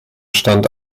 stand